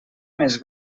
més